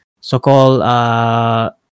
so-called